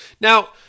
Now